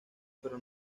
pero